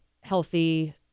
healthy